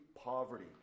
poverty